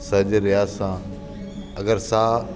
स जे रियाज़ सां अगरि सा